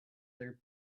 their